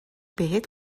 بهت